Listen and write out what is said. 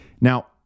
Now